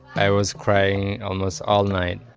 i was crying almost all night,